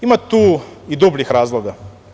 Ima tu i dubljih razloga.